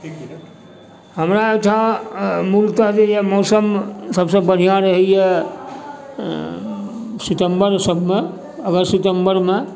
हमरा ओहिठाम मूलतः जे यऽ मौसम सबसँ बढ़िआँ रहैए सितम्बर सबमे अगस्त सितम्बरमे